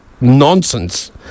nonsense